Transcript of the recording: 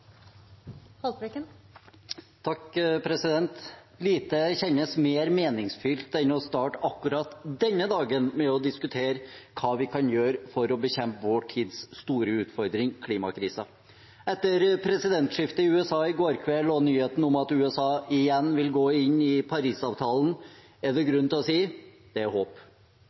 Lite kjennes mer meningsfylt enn å starte akkurat denne dagen med å diskutere hva vi kan gjøre for å bekjempe vår tids store utfordring, klimakrisen. Etter presidentskiftet i USA i går kveld og nyheten om at USA igjen vil gå inn i Parisavtalen, er det grunn til å si: Det